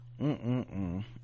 mm-mm-mm